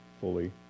fully